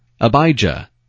Abijah